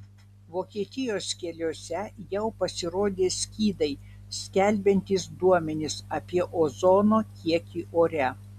vokietijos keliuose jau pasirodė skydai skelbiantys duomenis apie ozono kiekį ore